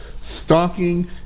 stalking